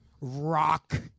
Rock